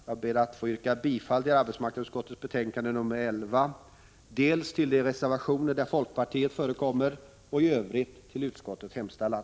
Jag ber att få yrka bifall till de reservationer i arbetsmarknadsutskottets betänkande nr 11 där folkpartiet förekommer och i övrigt till utskottets hemställan.